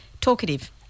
Talkative